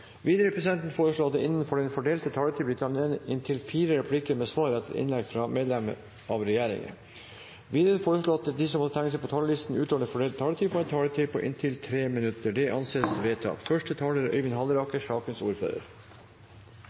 Videre vil presidenten foreslå at det innenfor den fordelte taletid blir gitt anledning til inntil seks replikker med svar etter innlegg fra medlemmer av regjeringen, og at de som måtte tegne seg på talerlisten utover den fordelte taletid, får en taletid på inntil 3 minutter. – Det anses vedtatt.